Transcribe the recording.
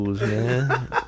man